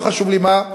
לא חשוב לי מה.